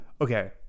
Okay